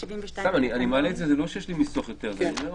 זה לא שיש לי ניסוח יותר טוב,